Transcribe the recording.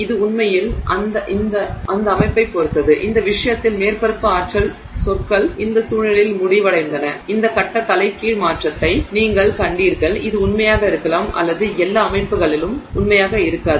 இது உண்மையில் அந்த அமைப்பைப் பொறுத்தது இந்த விஷயத்தில் மேற்பரப்பு ஆற்றல் சொற்கள் இந்த சூழ்நிலையில் முடிவடைந்தன இந்த கட்ட தலைகீழ் மாற்றத்தை நீங்கள் கண்டீர்கள் இது உண்மையாக இருக்கலாம் அல்லது எல்லா அமைப்புகளிலும் உண்மையாக இருக்காது